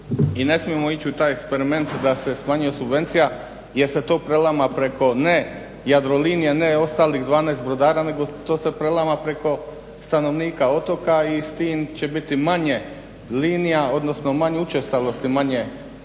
i ne smijemo ići u taj eksperiment da se smanjuje subvencija jer se to prelama preko ne Jadrolinija, ne ostalih 12 brodara, nego to se prelama preko stanovnika otoka i s tim će biti manje linija, odnosno manje učestalosti, manje linija